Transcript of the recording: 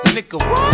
Nigga